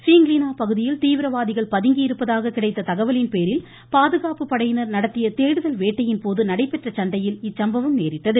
பிங்க்லீனா பகுதியில் தீவிரவாதிகள் பதுங்கியிருப்பதாக கிடைத்த தகவலின் பேரில் பாதுகாப்புப் படையினர் நடத்திய தேடுதல் வேட்டையின் போது நடைபெற்ற சண்டையில் இந்த சம்பவம் நேரிட்டது